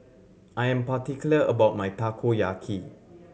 I am particular about my Takoyaki